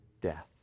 death